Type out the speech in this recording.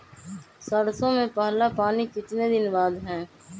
सरसों में पहला पानी कितने दिन बाद है?